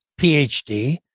PhD